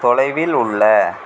தொலைவில் உள்ள